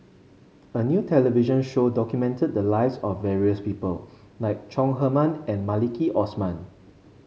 a new television show documented the lives of various people like Chong Heman and Maliki Osman